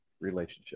relationship